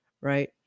right